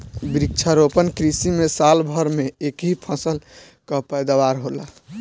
वृक्षारोपण कृषि में साल भर में एक ही फसल कअ पैदावार होला